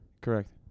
Correct